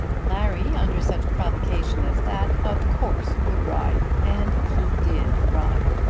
larry, under such provocation as that of course would ride, and he did ride.